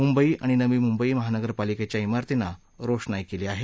मुंबई आणि नवी मिबई महानगरपालिकेच्या िंगारतींना रोषणाई केली आहे